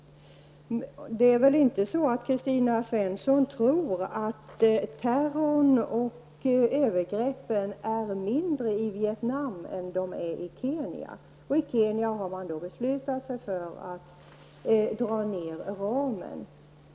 Kristina Svensson tror väl inte att terrorn och övergreppen är mindre i Vietnam än de är i Kenya, och i fråga om Kenya har man beslutat sig för att dra ner ramen.